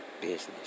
Business